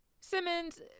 Simmons